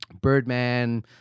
Birdman